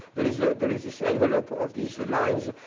there is ah there is this envelope of these lines.